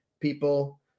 people